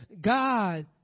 God